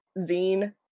zine